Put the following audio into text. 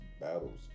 battles